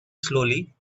slowly